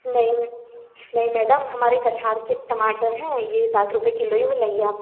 नहीं नहीं मैडम हमारे कछार के टमाटर हैं ये साठ रुपए किलो ही मिलेंगे आपको